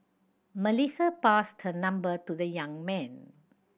Melissa passed her number to the young man